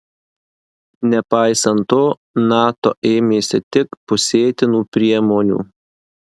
nepaisant to nato ėmėsi tik pusėtinų priemonių